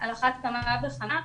על אחת כמה וכמה,